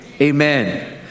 Amen